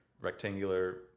rectangular